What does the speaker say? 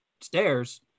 stairs